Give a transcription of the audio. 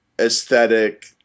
aesthetic